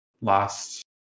last